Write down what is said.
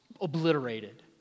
obliterated